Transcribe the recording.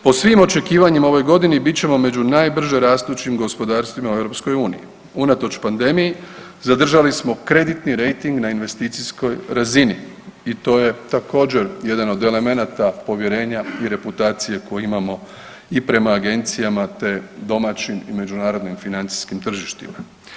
Po svim očekivanjima ove godini, bit ćemo među najbrže rastućim gospodarstvima u EU, unatoč pandemiji, zadržali smo kreditni rejting na investicijskoj razini i to je također, jedan od elemenata povjerenja i reputacije koju imamo i prema agencijama te domaćim i međunarodnim financijskim tržištima.